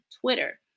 Twitter